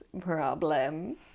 problem